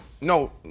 No